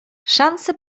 szanse